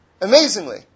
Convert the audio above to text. Amazingly